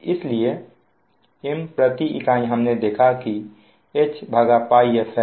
इसलिए M प्रति इकाई हमने देखा कि HΠf है